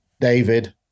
David